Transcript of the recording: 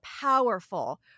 powerful